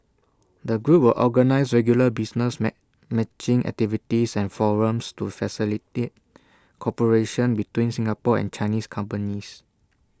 the group will organise regular business matching activities and forums to facilitate cooperation between Singapore and Chinese companies